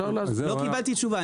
לא קיבלתי תשובה.